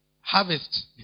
harvest